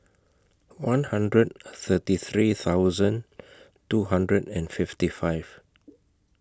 one hundred thirty three thousand two hundred and fifty five